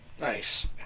Nice